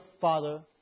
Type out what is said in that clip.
Father